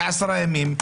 לעשרה ימים,